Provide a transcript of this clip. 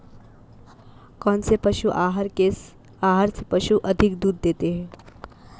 कौनसे पशु आहार से पशु अधिक दूध देते हैं?